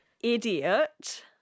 idiot